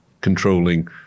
controlling